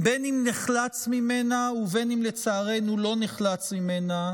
בין שנחלץ ממנה ובין שלצערנו לא נחלץ ממנה,